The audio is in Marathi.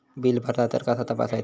बिल भरला तर कसा तपसायचा?